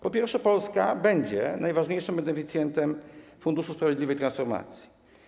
Po pierwsze, Polska będzie najważniejszym beneficjentem Funduszu Sprawiedliwej Transformacji.